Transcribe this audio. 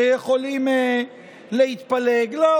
שיכולים להתפלג, לא